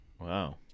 wow